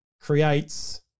creates